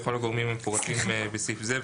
לכל הגורמים המפורטים בסעיף זה,